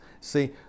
See